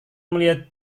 melihat